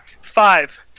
Five